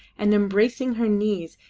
and, embracing her knees,